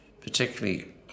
particularly